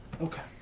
Okay